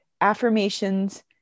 affirmations